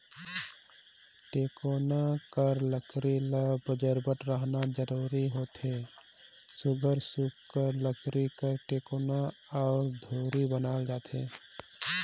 टेकोना कर लकरी ल बजरबट रहना जरूरी होथे सुग्घर रूख कर लकरी कर टेकोना अउ धूरी बनाल जाथे